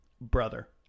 Brother